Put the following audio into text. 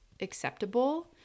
acceptable